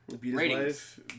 ratings